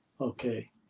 okay